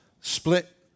split